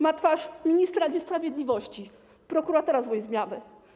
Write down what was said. Ma twarz ministra niesprawiedliwości, prokuratora złej zmiany.